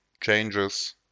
changes